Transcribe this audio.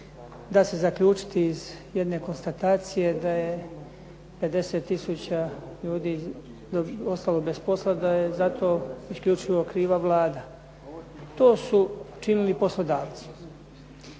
da se zaključiti iz jedne konstatacije da je 50 tisuća ljudi ostalo bez posla, da je za to isključivo kriva Vlada. To su činili poslodavci.